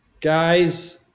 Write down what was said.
Guys